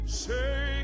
say